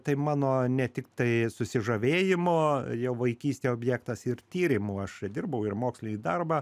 tai mano ne tiktai susižavėjimo jau vaikystėj objektas ir tyrimų aš dirbau ir mokslinį darbą